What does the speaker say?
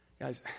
Guys